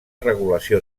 regulació